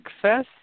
success